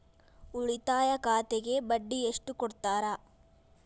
ಉಳಿತಾಯ ಖಾತೆಗೆ ಬಡ್ಡಿ ಎಷ್ಟು ಕೊಡ್ತಾರ?